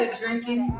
drinking